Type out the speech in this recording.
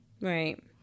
Right